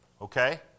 okay